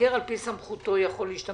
המבקר על פי סמכותו יכול להשתמש